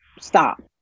stop